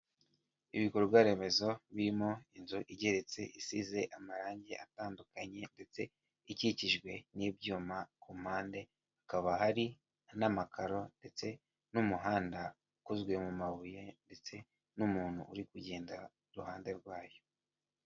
Ibikorwa remezo birimo inzu igeretse isize amarangi atandukanye ndetse ikikijwe n'ibyuma ku mpande hakaba hari n'amakaro ndetse n'umuhanda ukozwe mu mabuye ndetse n'umuntu uri kugenda iruhande rwayo.